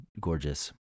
gorgeous